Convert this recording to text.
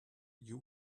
you